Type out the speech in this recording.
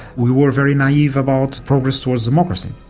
we were very naive about progress towards democracy.